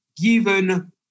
given